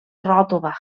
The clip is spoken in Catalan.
ròtova